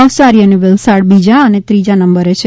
નવસારી અને વલસાડ બીજા અને ત્રીજા નંબરે છે